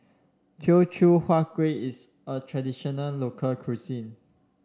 Teochew Huat Kueh is a traditional local cuisine